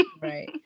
right